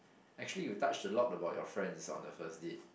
actually you touched a lot about your friends on the first date